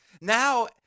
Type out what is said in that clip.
Now